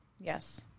Yes